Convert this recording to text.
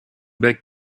bec